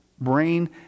brain